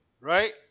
right